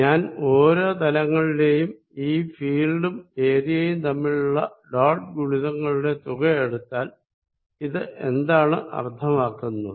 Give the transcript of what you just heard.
ഞാൻ ഓരോ തലങ്ങളിലെയും ഈ ഫീൽഡും ഏരിയയും തമ്മിലുള്ള ഡോട്ട് ഗുണിതങ്ങളുടെ തുക എടുത്താൽ ഇതെന്താണ് അർത്ഥമാക്കുന്നത്